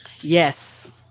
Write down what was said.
Yes